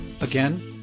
Again